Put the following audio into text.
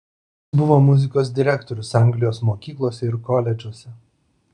jis buvo muzikos direktorius anglijos mokyklose ir koledžuose